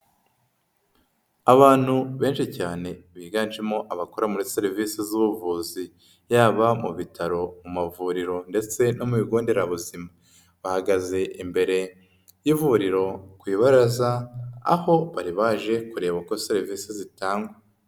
Abantu benshi cyane biganjemo abakora muri serivisi z'ubuvuzi. Yaba mu bitaro mu mavuriro ndetse no mu bigo nderabuzima. Bahagaze imbere y'ivuriro ku ibaraza, aho bari baje kureba uko serivisi zitangwa.